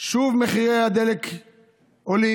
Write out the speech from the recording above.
שוב מחירי הדלק עולים.